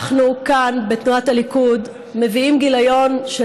אנחנו כאן בתנועת הליכוד מביאים גיליון מאוד